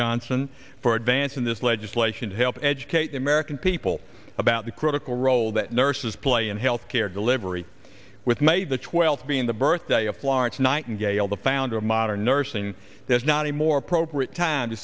johnson for advancing this legislation to help educate the american people about the critical role that nurses play in health care delivery with may the twelfth being the birthday of florence nightingale the founder of modern nursing there's not a more appropriate time to